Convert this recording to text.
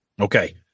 Okay